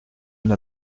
une